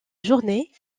journée